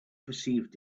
perceived